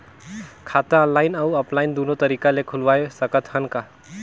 खाता ऑनलाइन अउ ऑफलाइन दुनो तरीका ले खोलवाय सकत हन का?